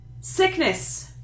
Sickness